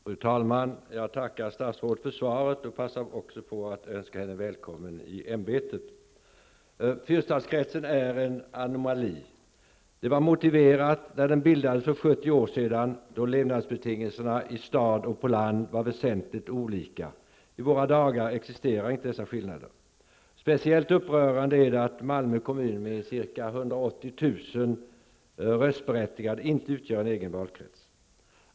Fru talman! Jag tackar statsrådet för svaret och passar också på att önska henne välkommen i ämbetet. Fyrstadskretsen är en anomali. Den var motiverad när den bildades för 70 år sedan då levnadsbetingelserna i stad och på landet var väsentligt olika. I våra dagar existerar inte dessa skillnader. Speciellt upprörande är det att Malmö kommun med ca 180 000 röstberättigade inte utgör en egen valkrets.